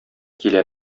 килә